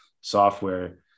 software